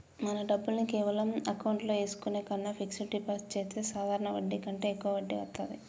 మన డబ్బుల్ని కేవలం అకౌంట్లో ఏసుకునే కన్నా ఫిక్సడ్ డిపాజిట్ చెత్తే సాధారణ వడ్డీ కంటే యెక్కువ వడ్డీ వత్తాది